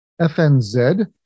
FNZ